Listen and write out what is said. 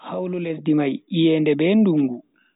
Hawlu lesdi mai iyende be dungu.